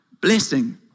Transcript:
blessing